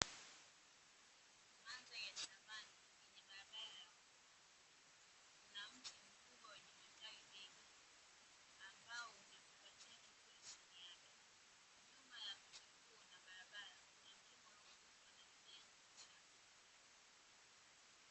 Mandhari ya savana yenye barabara ya vumbi, kuna mti mkubwa wenye matawi mengi, ambao umekumbatia kivuli chini yake nyuma ya mti huo na barabara kuna mlima uliofunikwa na vijani vichache.